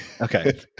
Okay